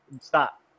stop